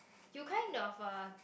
you kind of a